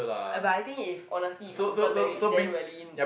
I but I think if honestly if after marriage then really